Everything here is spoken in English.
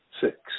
Six